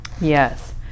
Yes